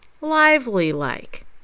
lively-like